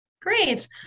Great